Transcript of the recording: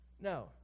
No